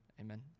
Amen